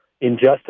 injustice